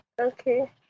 Okay